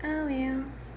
oh yes